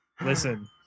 Listen